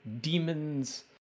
demons